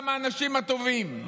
גם האנשים הטובים,